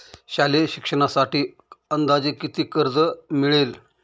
शालेय शिक्षणासाठी अंदाजे किती कर्ज मिळेल?